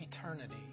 eternity